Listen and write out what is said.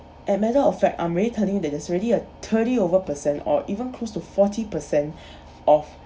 at matter of fact I'm already turning that there is already a thirty over per cent or even close to forty percent of